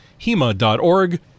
HEMA.org